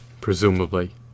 Presumably